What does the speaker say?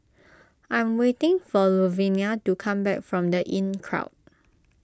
I'm waiting for Luvenia to come back from the Inncrowd